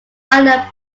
island